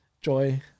joy